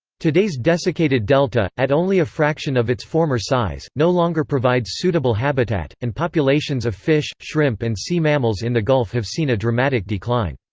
today's desiccated delta, at only a fraction of its former size, no longer provides suitable habitat, and populations of fish, shrimp and sea mammals in the gulf have seen a dramatic decline.